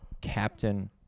Captain